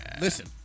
Listen